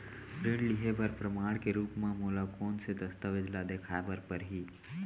ऋण लिहे बर प्रमाण के रूप मा मोला कोन से दस्तावेज ला देखाय बर परही?